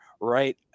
right